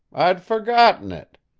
i'd forgotten it.